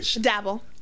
dabble